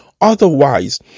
Otherwise